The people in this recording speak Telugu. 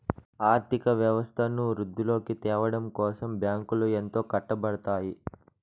ఆర్థిక వ్యవస్థను వృద్ధిలోకి త్యావడం కోసం బ్యాంకులు ఎంతో కట్టపడుతాయి